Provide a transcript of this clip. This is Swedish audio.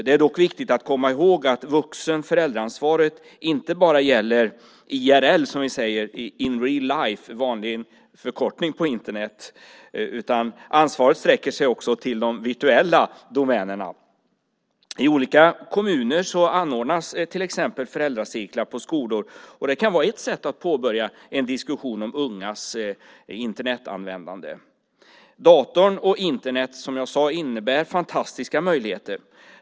Det är dock viktigt att komma ihåg att vuxen och föräldraansvaret inte bara gäller IRL, in real life, som är en vanlig förkortning på Internet, utan att ansvaret också sträcker sig till de virtuella domänerna. I olika kommuner anordnas till exempel föräldracirklar på skolor. Det kan vara ett sätt att påbörja en diskussion om ungas Internetanvändande. Datorn och Internet innebär, som jag sade, fantastiska möjligheter.